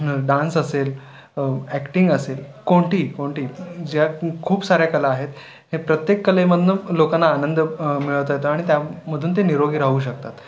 dance असेल acting असेल कोणतीही कोणतीही ज्या कू खूप साऱ्या कला आहेत हे प्रत्येक कलेमधून लोकांना आनंद मिळवता येतो आणि त्यामधून ते निरोगी राहू शकतात